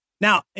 Now